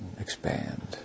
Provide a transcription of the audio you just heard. expand